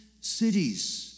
cities